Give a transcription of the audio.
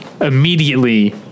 immediately